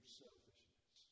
selfishness